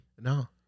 No